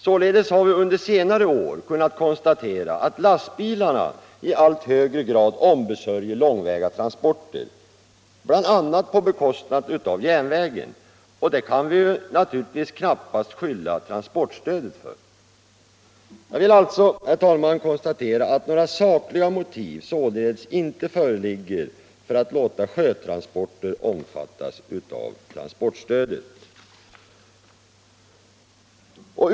Så har vi t.ex. under senare år kunnat konstatera att lastbilarna i allt högre grad ombesörjer långväga transporter, på bekostnad av bl.a. järnvägen. Och det kan vi ju knappast skylla transportstödet för. Jag konstaterar sålunda att det inte finns några sakliga motiv för att låta sjötransporter omfattas av transportstödet.